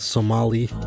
Somali